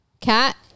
cat